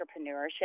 entrepreneurship